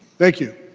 thank you.